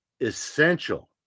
essential